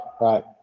right